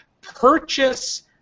purchase